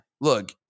Look